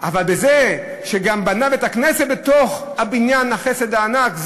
אבל זה שהוא גם בנה בית-כנסת בתוך בניין החסד הענק,